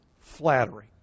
flattery